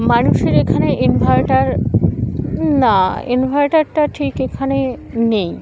মানুষের এখানে ইনভার্টার না ইনভার্টারটা ঠিক এখানে নেই